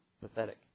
pathetic